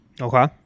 Okay